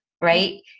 right